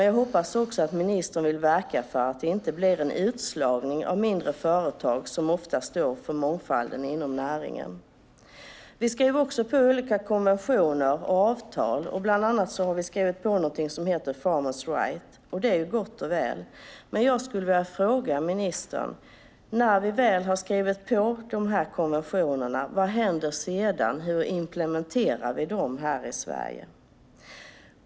Jag hoppas också att ministern vill verka för att det inte blir en utslagning av mindre företag som ofta står för mångfalden inom näringen. Vi skriver också på olika konventioner och avtal. Vi har skrivit på bland annat någonting som heter Farmers Rights. Det är gott och väl. Men jag skulle vilja ställa en fråga till ministern. Vad händer när vi väl har skrivit på dessa konventioner? Hur implementerar vi dem här i Sverige?